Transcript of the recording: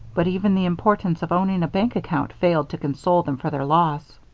but even the importance of owning a bank account failed to console them for their loss.